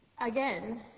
again